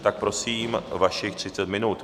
Tak prosím, vašich 30 minut.